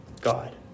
god